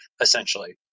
essentially